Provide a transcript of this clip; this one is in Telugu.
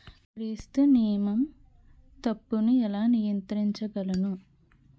క్రిసాన్తిమం తప్పును ఎలా నియంత్రించగలను?